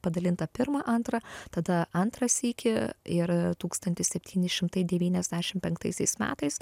padalinta pirmą antrą tada antrą sykį ir tūkstantis septyni šimtai devyniasdešim penktaisiais metais